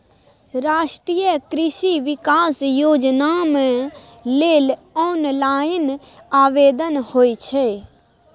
राष्ट्रीय कृषि विकास योजनाम लेल ऑनलाइन आवेदन होए छै